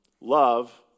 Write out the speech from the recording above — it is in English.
love